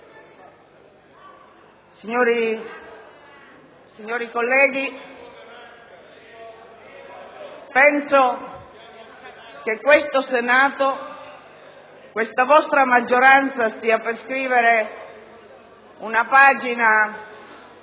Signori colleghi, penso che questo Senato, questa vostra maggioranza stia per scrivere una pagina